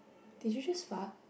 did you just fart